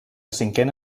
cinquena